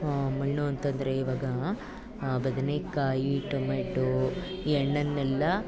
ಮಣ್ಣು ಅಂತ ಅಂದ್ರೆ ಈವಾಗ ಬದನೆಕಾಯಿ ಟೊಮೆಟೋ ಈ ಹಣ್ಣನ್ನೆಲ್ಲ